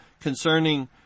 concerning